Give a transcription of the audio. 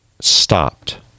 stopped